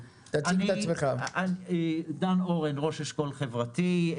אני ראש אשכול חברתי.